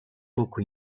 poco